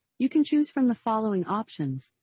you can choose from the following options.